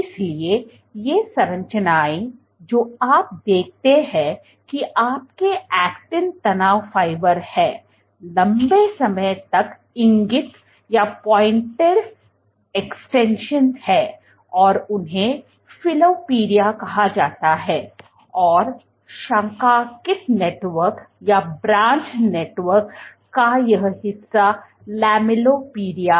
इसलिए ये संरचनाएं जो आप देखते हैं कि आपके ऐक्टिन तनाव फाइबर हैं लंबे समय तक इंगित एक्सटेंशन हैं और उन्हें फिलोपोडिया कहा जाता है और शाखांकित नेटवर्क का यह हिस्सा लैमेलिपोडिया है